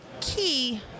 key